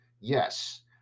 Yes